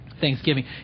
Thanksgiving